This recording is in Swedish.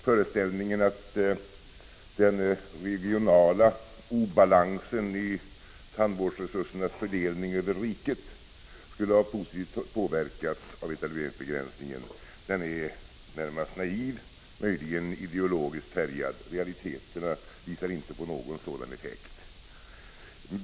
Föreställningen att den regionala obalansen i tandvårdsresursernas fördelning över riket skulle ha positivt påverkats av etableringsbegränsningen är närmast naiv, möjligen ideologiskt färgad. Realiteterna visar inte på någon sådan effekt.